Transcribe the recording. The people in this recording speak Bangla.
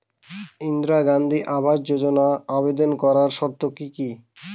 ইন্দিরা গান্ধী আবাস যোজনায় আবেদন করার শর্ত কি কি?